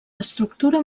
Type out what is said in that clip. estructura